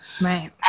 Right